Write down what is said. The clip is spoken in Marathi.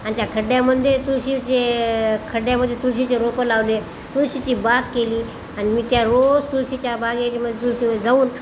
आणि त्या खड्ड्यामंध्ये तुळशीचे खड्ड्यामध्ये तुळशीचे रोपं लावले तुळशीची बाग केली आणि मी त्या रोज तुळशीच्या बागेम तुळशी जाऊन